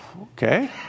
Okay